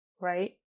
right